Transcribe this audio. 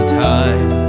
time